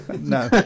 No